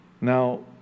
Now